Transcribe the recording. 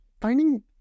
finding